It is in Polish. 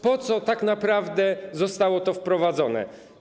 Po co tak naprawdę zostało to wprowadzone?